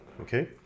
okay